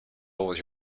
always